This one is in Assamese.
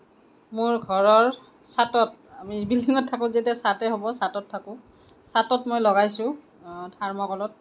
মোৰ ঘৰৰ চাটত আমি বিল্ডিঙত থাকোঁ যেতিয়া চাটেই হ'ব চাটত থাকোঁ চাটত মই লগাইছোঁ থাৰ্ম'কলত